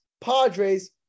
Padres